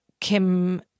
Kim –